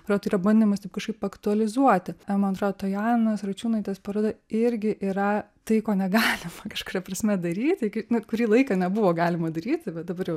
bet tai yra bandymas taip kažkaip aktualizuotiman atrodo tojanos račiūnaitės paroda irgi yra tai ko negalima kažkuria prasme daryti net kurį laiką nebuvo galima daryti bet dabar jau